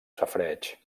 safareig